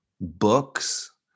books